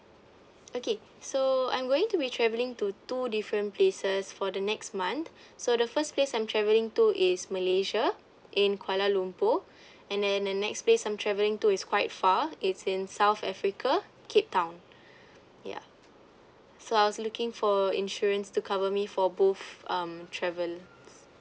okay so I'm going to be travelling to two different places for the next month so the first place I'm travelling to is malaysia in kuala lumpur and then the next place I'm travelling to is quite far it's in south africa cape town ya so I was looking for insurance to cover me for both um travels